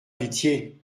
pitié